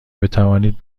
بتوانید